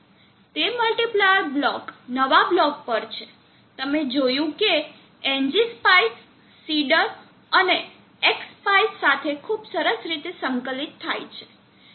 તે multiplier block નવા block પર છે તમે જોયું કે એનજીસ્પાઈસ સીડર અને એક્સસ્પાઇસ સાથે ખૂબ સરસ રીતે સંકલિત થાય છે